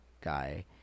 guy